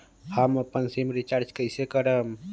हम अपन SIM recharge कइसे करम?